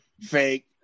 Fake